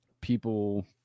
people